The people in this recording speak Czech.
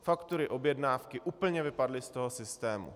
Faktury, objednávky úplně vypadly z toho systému.